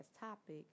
topic